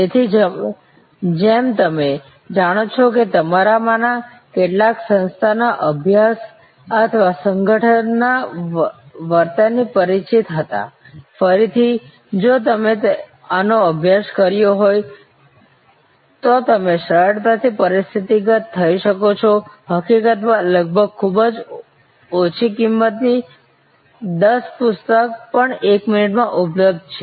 તેથી જેમ તમે જાણો છો કે તમારામાંના કેટલાક સંસ્થાના અભ્યાસ અથવા સંગઠનના વર્તનથી પરિચિત હતા ફરીથી જો તમે આનો અભ્યાસ કર્યો ન હોય તો તમે સરળતાથી પરિસ્થિતિગત પર જઈ શકો છો હકીકતમાં લગભગ ખૂબ જ ઓછી કિંમતની 10 પુસ્તક પણ એક મિનિટમાં ઉપલબ્ધ છે